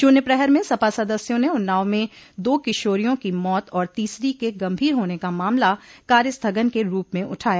शून्य प्रहर में सपा सदस्यों ने उन्नाव में दो किशोरियों की मौत और तीसरी के गंभीर होने का मामला कार्यस्थगन के रूप में उठाया